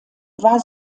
war